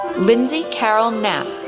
lindsay carole knapp,